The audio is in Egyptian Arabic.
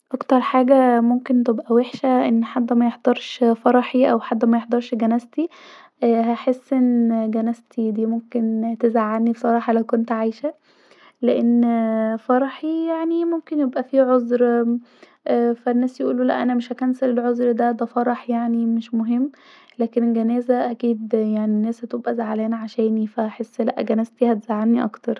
اكتر حاجه ممكن تبقي وحشة أن حد ميحضرض فرحي أو ميحضرش جنازتي هحس أن جنازتي ديه ممكن تزعلني لو كنت عايشه لأن فرحي يعني ممكن يبقي فيه عذر يعني ده فرح مش مهم لاكن جنازتي يعني ف بحس لا جنازتي هتزعلني اكتر